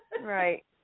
Right